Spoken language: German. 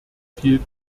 viel